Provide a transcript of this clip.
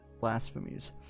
blasphemies